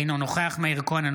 אינו נוכח מאיר כהן,